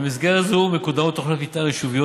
במסגרת זו מקודמות תכניות מתאר יישוביות